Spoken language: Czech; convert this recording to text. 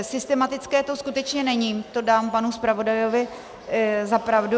Systematické to skutečně není, to dám panu zpravodaji za pravdu.